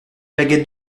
baguette